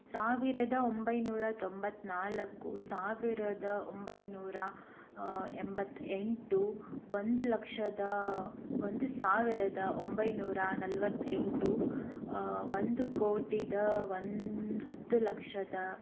ಸಾವಿರದ ಒಂಬೈನೂರ ತೊಂಬತ್ತನಾಲ್ಕು ಸಾವಿರದ ಒಂಬೈನೂರ ಎಂಬತ್ತ ಎಂಟು ಒಂದು ಲಕ್ಷದ ಒಂದು ಸಾವಿರದ ಒಂಬೈನೂರ ನಲವತ್ತೆಂಟು ಒಂದು ಕೋಟಿಯ ಒಂದು ಹತ್ತು ಲಕ್ಷದ